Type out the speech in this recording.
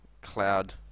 Cloud